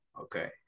Okay